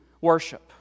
worship